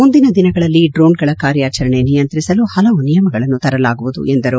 ಮುಂದಿನ ದಿನಗಳಲ್ಲಿ ಡ್ರೋಣ್ಗಳ ಕಾರ್ಯಾಚರಣೆ ನಿಯಂತ್ರಿಸಲು ಹಲವು ನಿಯಮಗಳನ್ನು ತರಲಾಗುವುದು ಎಂದರು